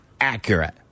accurate